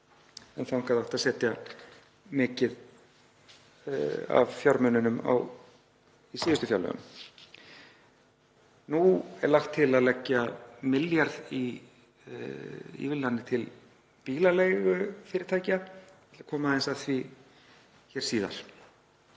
í það átti að setja mikið af fjármununum á síðustu fjárlögum. Nú er lagt til að leggja milljarð í ívilnanir til bílaleigufyrirtækja, kem aðeins að því síðar.